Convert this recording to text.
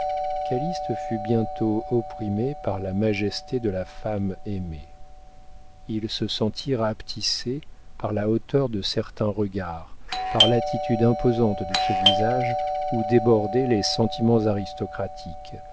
calyste fut bientôt opprimé par la majesté de la femme aimée il se sentit rapetissé par la hauteur de certains regards par l'attitude imposante de ce visage où débordaient les sentiments aristocratiques